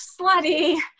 slutty